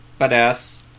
Badass